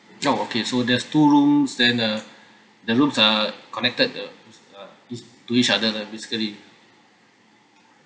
oh okay so there's two rooms then uh the rooms are connected uh uh each to each other lah basically